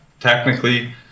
technically